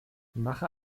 mache